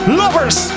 lovers